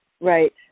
Right